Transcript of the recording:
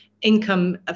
income